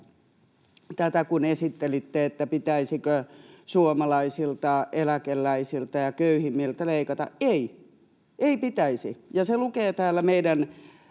tätä, kun esittelitte, pitäisikö suomalaisilta eläkeläisiltä ja köyhimmiltä leikata. Ei, ei pitäisi, [Tuomas